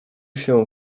się